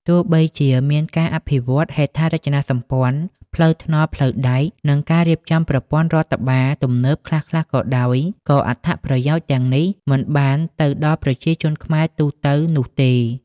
ទោះបីជាមានការអភិវឌ្ឍហេដ្ឋារចនាសម្ព័ន្ធ ផ្លូវថ្នល់ ផ្លូវដែក និងការរៀបចំប្រព័ន្ធរដ្ឋបាលទំនើបខ្លះៗក៏ដោយ ក៏អត្ថប្រយោជន៍ទាំងនេះមិនបានទៅដល់ប្រជាជនខ្មែរទូទៅនោះទេ។